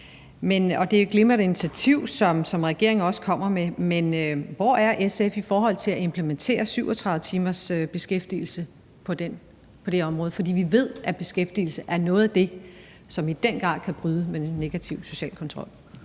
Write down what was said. det er også et glimrende initiativ, som regeringen kommer med, men hvor er SF i forhold til at implementere 37 timers beskæftigelse på det område? For vi ved, at beskæftigelse er noget af det, som i den grad kan bryde med den negative sociale kontrol.